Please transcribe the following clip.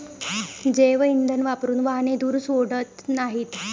जैवइंधन वापरून वाहने धूर सोडत नाहीत